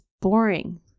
boring